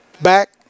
back